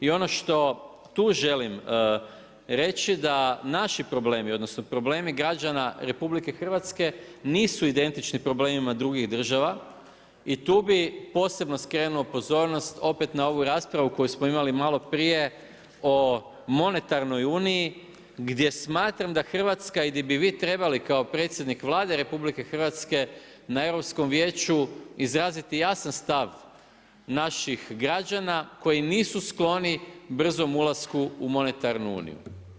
I ono što tu želim reći, da naši problemi, odnosno problemi građana Republike Hrvatske nisu identični problemima drugih država i tu bih posebno skrenuo pozornost opet na ovu raspravu koju smo imali malo prije o monetarnoj uniji gdje smatram da Hrvatska i gdje bi vi trebali kao predsjednik Vlade Republike Hrvatske na Europskom vijeću izraziti jasan stav naših građana koji nisu skloni brzom ulasku u monetarnu uniju.